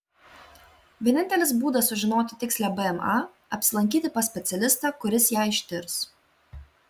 vienintelis būdas sužinoti tikslią bma apsilankyti pas specialistą kuris ją ištirs